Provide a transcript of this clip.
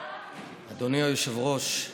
אדוני היושב-ראש,